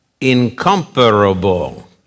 incomparable